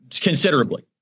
considerably